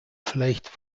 vielleicht